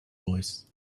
voice